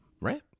Right